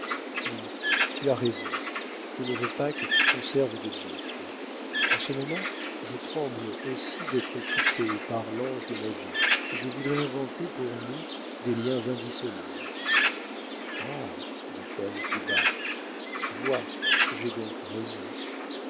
oui tu as raison je ne veux pas que tu conserves de doutes en ce moment je tremble aussi d'être quitté par l'ange de ma vie et je voudrais inventer pour nous des liens indissolubles ah dit-elle tout bas tu vois j'ai donc raison